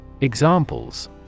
Examples